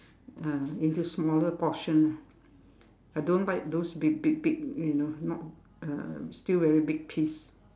ah into smaller portions ah I don't like those big big big you know not uh still very big piece